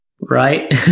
Right